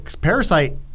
Parasite